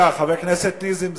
רגע, חבר הכנסת נסים זאב,